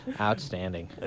Outstanding